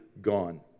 gone